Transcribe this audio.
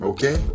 Okay